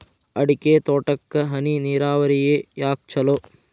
ಅಡಿಕೆ ತೋಟಕ್ಕ ಹನಿ ನೇರಾವರಿಯೇ ಯಾಕ ಛಲೋ?